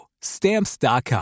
Stamps.com